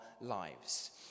lives